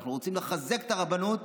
אנחנו רוצים לחזק את הרבנות.